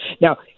Now